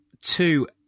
Two